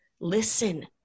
Listen